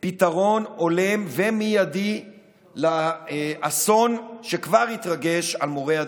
פתרון הולם ומיידי לאסון שכבר התרגש על מורי הדרך,